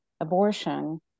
abortion